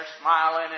smiling